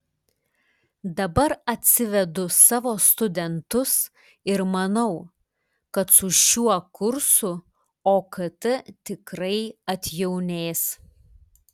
dabar atsivedu savo studentus ir manau kad su šiuo kursu okt tikrai atjaunės